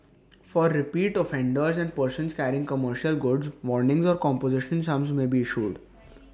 for repeat offenders and persons carrying commercial goods warnings or composition sums may be issued